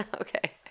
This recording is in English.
Okay